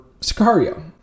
Sicario